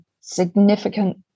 significant